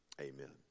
Amen